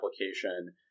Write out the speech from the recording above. application